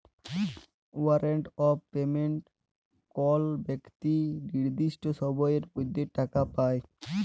warrant of payment call বেক্তি লির্দিষ্ট সময়ের মধ্যে টাকা পায়